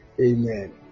Amen